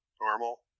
normal